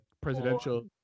presidential